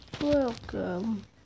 Welcome